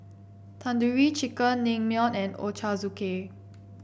Tandoori Chicken Naengmyeon and Ochazuke